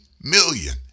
million